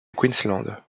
queensland